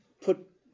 put